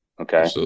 Okay